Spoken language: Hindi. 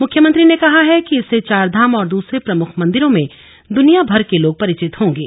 मुख्यमंत्री ने कहा है कि इससे चारधाम और दूसरे प्रमुख मंदिरों से दूनिया भर के लोग परिचित होंगे